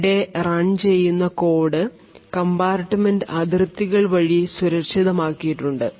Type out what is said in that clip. അവിടെ റൺ ചെയ്യുന്ന code compartment അതിർത്തികൾ വഴി സുരക്ഷിതം ആക്കിയിട്ടുണ്ട്